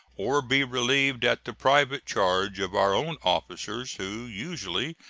or be relieved at the private charge of our own officers, who usually,